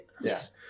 Yes